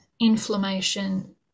inflammation